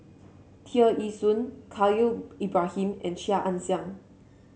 Tear Ee Soon Khalil Ibrahim and Chia Ann Siang